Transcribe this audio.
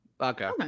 Okay